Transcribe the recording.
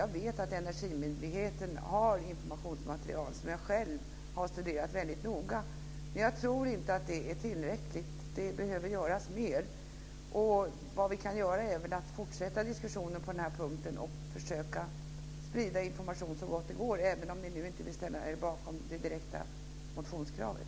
Jag vet att Energimyndigheten har informationsmaterial som jag själv har studerat väldigt noga. Men jag tror inte att det är tillräckligt. Det behöver göras mer. Vad vi kan göra är väl att fortsätta diskussionen på den här punkten och försöka sprida informationen så gott det går även om ni nu inte vill ställa er bakom det direkta motionskravet.